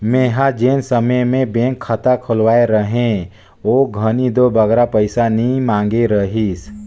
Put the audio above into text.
मेंहा जेन समे में बेंक खाता खोलवाए रहें ओ घनी दो बगरा पइसा नी मांगे रहिस